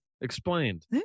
explained